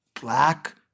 black